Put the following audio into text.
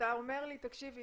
אתה אומר לי 'תקשיבי,